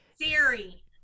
Siri